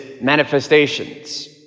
manifestations